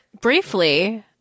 Briefly